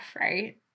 right